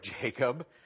Jacob